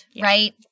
right